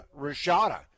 Rashada